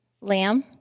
lamb